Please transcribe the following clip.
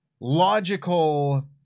logical